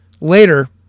later